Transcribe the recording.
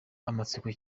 amatsiko